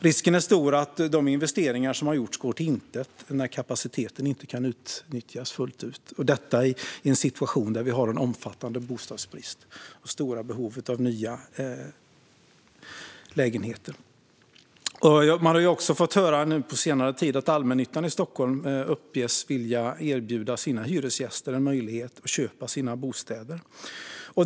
Risken är stor att de investeringar som har gjorts går om intet när kapaciteten inte kan utnyttjas fullt ut, och detta i en situation när vi har en omfattande bostadsbrist och stora behov av nya lägenheter. Vi har på senare tid hört att allmännyttan i Stockholm vill erbjuda sina hyresgäster möjligheten att köpa sina bostäder.